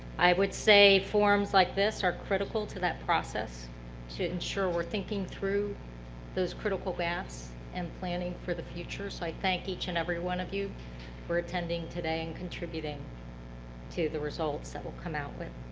i would say forums like this are critical to that process to ensure we are thinking through those critical gaps and planning for the future, so i thank each and every one of you for attending today and contributing to the results that we'll come out with.